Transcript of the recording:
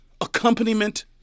accompaniment